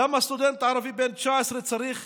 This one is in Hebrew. למה סטודנט ערבי בן 19 צריך